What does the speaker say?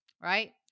right